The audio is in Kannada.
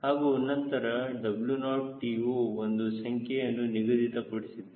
ಹಾಗೂ ನಂತರ TO ಒಂದು ಸಂಖ್ಯೆಯನ್ನು ನಿಗದಿತ ಪಡಿಸಿದ್ದೇವೆ